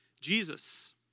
Jesus